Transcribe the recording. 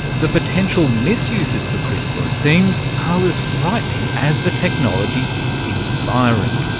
the potential misuses for crispr it seems are as frightening as the technology is inspiring.